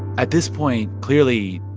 at this point, clearly,